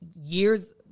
years